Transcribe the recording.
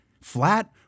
Flat